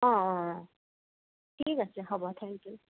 অঁ অঁ অঁ ঠিক আছে হ'ব থেংক ইউ